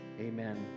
Amen